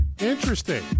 interesting